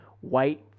white